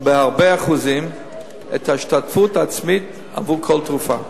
בהרבה אחוזים את ההשתתפות העצמית עבור כל תרופה.